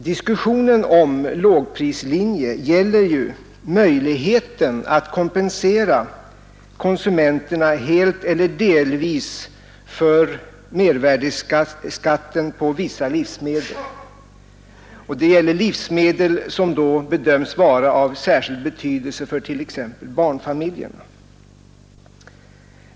Diskussionen om en lågprislinje gäller ju möjligheten att helt eller delvis kompensera konsumenterna för mervärdeskatten på vissa livsmedel. Det gäller då livsmedel som bedöms vara av särskild betydelse för t.ex. barnfamiljerna.